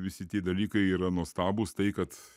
visi tie dalykai yra nuostabūs tai kad